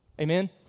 Amen